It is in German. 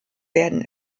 werden